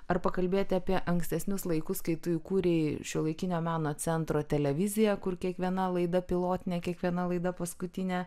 ar pakalbėti apie ankstesnius laikus kai tu įkūrei šiuolaikinio meno centro televiziją kur kiekviena laida pilotinė kiekviena laida paskutinė